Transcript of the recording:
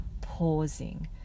Pausing